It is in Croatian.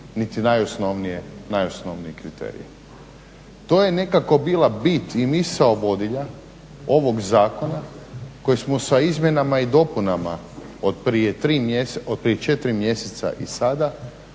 niti najosnovnije kriterije. To je nekako bila bit i misao vodilja ovog zakona koji smo sa izmjenama i dopunama od prije 4 mjeseca i sada